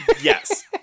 yes